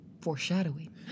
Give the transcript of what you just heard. Foreshadowing